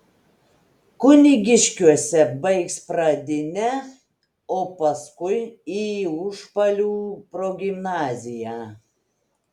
kunigiškiuose baigs pradinę o paskui į užpalių progimnaziją